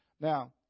Now